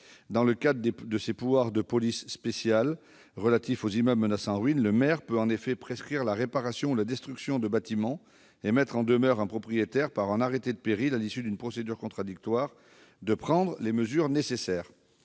Dans le cadre de ses pouvoirs de police spéciale relatifs aux immeubles menaçant ruine, le maire peut en effet prescrire la réparation ou la destruction de bâtiments et mettre en demeure un propriétaire, par un arrêté de péril et à l'issue d'une procédure contradictoire, de prendre les mesures nécessaires.